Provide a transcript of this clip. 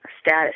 status